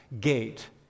gate